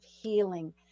healing